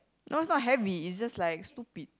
no it's not heavy it's just like stupid